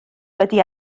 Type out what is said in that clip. wedi